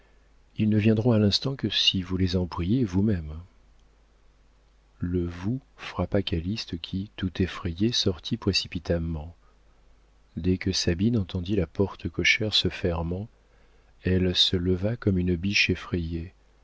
ils ne viendront à l'instant que si vous les en priez vous-même le vous frappa calyste qui tout effrayé sortit précipitamment dès que sabine entendit la porte cochère se fermant elle se leva comme une biche effrayée